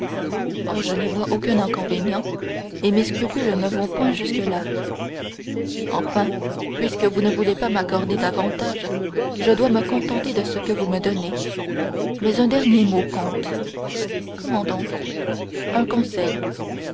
oh je n'y vois aucun inconvénient et mes scrupules ne vont point jusque-là enfin puisque vous ne voulez pas m'accorder davantage je dois me contenter de ce que vous me donnez mais un dernier mot comte comment donc un conseil